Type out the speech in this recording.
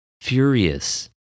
furious